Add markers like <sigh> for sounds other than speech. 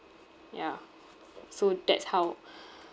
yeah so that's how <breath>